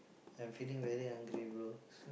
I'm feeling very hungry bro